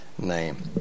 Name